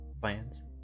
plans